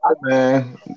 Man